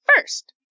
first